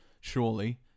surely